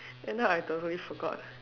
end up I totally forgot